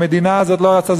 המדינה הזאת לא רצתה,